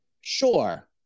sure